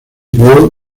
crio